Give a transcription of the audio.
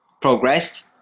progressed